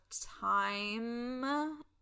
time